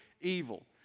evil